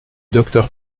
docteur